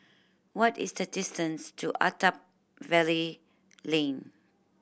what is the distance to Attap Valley Lane